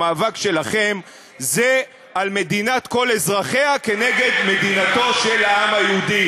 המאבק שלכם זה על מדינת כל אזרחיה כנגד מדינתו של העם היהודי.